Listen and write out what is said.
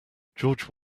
george